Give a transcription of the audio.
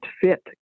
fit